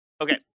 Okay